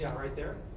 yeah right there.